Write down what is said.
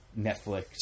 netflix